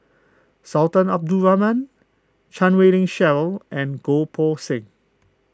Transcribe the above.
Sultan Abdul Rahman Chan Wei Ling Cheryl and Goh Poh Seng